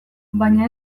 baina